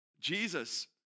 Jesus